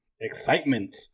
excitement